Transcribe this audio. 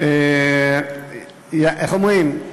איך אומרים?